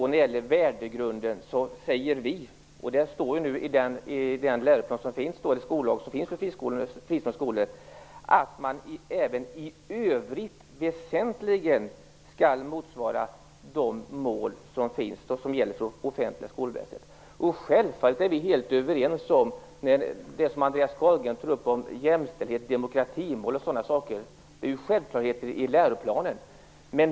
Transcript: När det gäller värdegrunden säger vi - och det står också i den skollag som finns för fristående skolor - att man även i övrigt väsentligen skall motsvara de mål som gäller för det offentliga skolväsendet. Självfallet är vi helt överens om det som Andreas Carlgren tar upp om jämställdhet, demokratimål och sådana saker. Det är självklarheter i läroplanen.